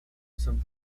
son